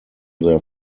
their